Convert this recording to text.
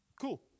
Cool